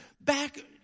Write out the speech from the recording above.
back